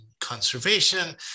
conservation